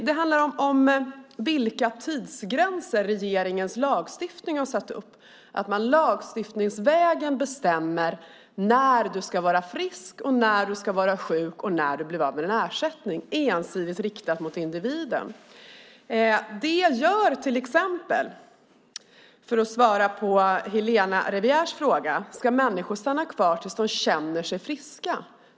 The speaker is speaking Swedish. Det handlar om vilka tidsgränser regeringens lagstiftning har satt upp, att man lagstiftningsvägen bestämmer när du ska vara frisk och när du ska vara sjuk och när du blir av med din ersättning. Det är ensidigt riktat mot individen. Helena Rivière frågade: Ska människor stanna kvar tills de känner sig friska?